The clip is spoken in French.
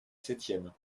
septième